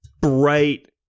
bright